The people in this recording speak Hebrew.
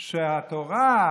שהתורה,